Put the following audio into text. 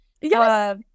yes